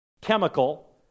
chemical